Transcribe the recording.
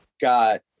got